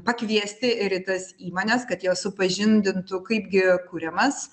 pakviesti ir į tas įmones kad jos supažindintų kaipgi kuriamas